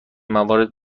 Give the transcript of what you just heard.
موارد